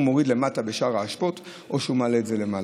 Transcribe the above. מוריד למטה בשער האשפות או שהוא מעלה למעלה.